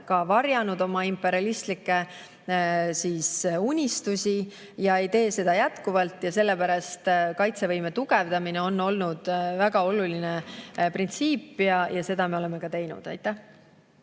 ka varjanud oma imperialistlikke unistusi ega tee seda jätkuvalt. Sellepärast on kaitsevõime tugevdamine olnud väga oluline printsiip ja seda me oleme ka teinud. Aitäh!